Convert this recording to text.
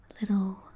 little